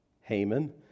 Haman